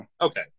okay